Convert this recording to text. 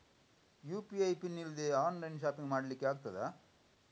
UPI PIN ಇಲ್ದೆ online shopping ಮಾಡ್ಲಿಕ್ಕೆ ಆಗ್ತದಾ?